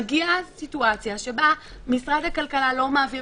מגיעה סיטואציה שבה משרד הכלכלה לא מעביר